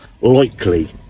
likely